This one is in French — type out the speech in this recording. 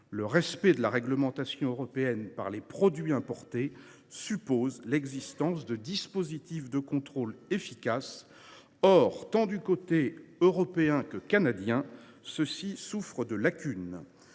le respect de la réglementation européenne par les produits importés suppose l’existence de dispositifs de contrôle efficaces. Or, du côté européen comme du côté canadien, ceux ci souffrent de lacunes